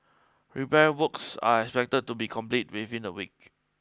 repair works are expected to be completed within a week